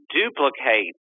duplicate